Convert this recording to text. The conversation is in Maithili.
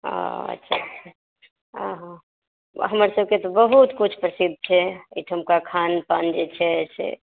अच्छा हॅं हॅं हमर सभके तऽ बहुत कुछ प्रसिद्ध छै एहिठामका खानपान जे छै से